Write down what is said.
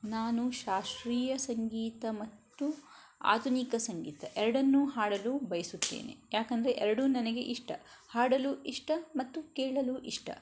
ನಾನು ಶಾಸ್ತ್ರೀಯ ಸಂಗೀತ ಮತ್ತು ಆಧುನಿಕ ಸಂಗೀತ ಎರಡನ್ನೂ ಹಾಡಲು ಬಯಸುತ್ತೇನೆ ಯಾಕೆಂದರೆ ಎರಡೂ ನನಗೆ ಇಷ್ಟ ಹಾಡಲು ಇಷ್ಟ ಮತ್ತು ಕೇಳಲು ಇಷ್ಟ